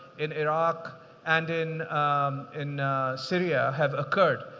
in iraq and in in syria have occurred.